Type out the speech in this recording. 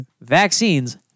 Vaccines